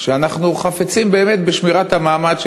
ואנחנו חפצים באמת בשמירת המעמד,